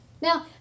now